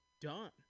done